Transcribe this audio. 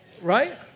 Right